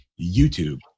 YouTube